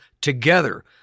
together